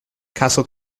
castle